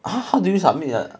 !huh! how do you submit the